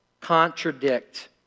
contradict